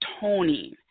toning